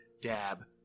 dab